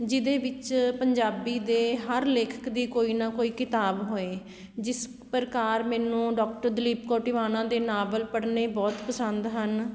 ਜਿਹਦੇ ਵਿੱਚ ਪੰਜਾਬੀ ਦੇ ਹਰ ਲੇਖਕ ਦੀ ਕੋਈ ਨਾ ਕੋਈ ਕਿਤਾਬ ਹੋਏ ਜਿਸ ਪ੍ਰਕਾਰ ਮੈਨੂੰ ਡੋਕਟਰ ਦਲੀਪ ਕੌਰ ਟਿਵਾਣਾ ਦੇ ਨਾਵਲ ਪੜ੍ਹਨੇ ਬਹੁਤ ਪਸੰਦ ਹਨ